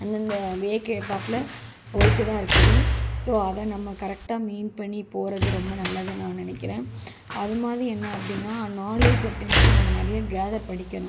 அந்தந்த வேக்கு ஏத்தாப்புல போய்ட்டுதான் இருக்குது ஸோ அதை நம்ம கரெக்டாக மெயின் பண்ணிப்போகிறது ரொம்ப நல்லதுன்னு நான் நினைக்கிறேன் அதுமாதிரி என்ன அப்படின்னா நாலேஜ் அப்படின்றது நம்ம நிறைய கேதர் படிக்கணும்